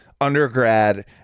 undergrad